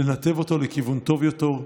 לנתב אותו לכיוון טוב יותר.